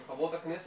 עם חברות הכנסת,